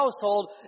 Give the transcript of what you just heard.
household